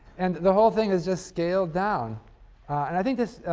and the whole thing is just scaled down and i think